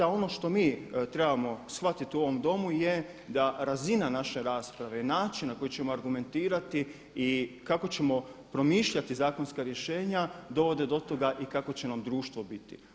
A ono što mi trebamo shvatiti u ovom Domu je da razina naše rasprave, način na koji ćemo argumentirati i kako ćemo promišljati zakonska rješenja dovode do toga i kako će nam društvo biti.